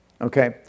Okay